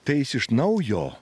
tai jis iš naujo